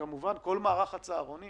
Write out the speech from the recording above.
כל מערך הצהרונים